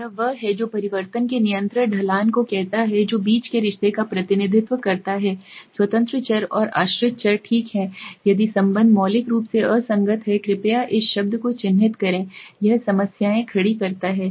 यह वह है जो परिवर्तन के निरंतर ढलान को कहता है जो बीच के रिश्ते का प्रतिनिधित्व करता है स्वतंत्र चर और आश्रित चर ठीक है यदि संबंध मौलिक रूप से असंगत है कृपया इस शब्द को चिह्नित करें यह समस्याएँ खड़ी करता है